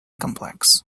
complex